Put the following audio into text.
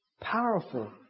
powerful